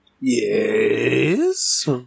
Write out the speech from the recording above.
Yes